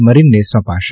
મરીનને સોંપાશે